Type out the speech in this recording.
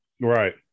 right